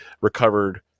recovered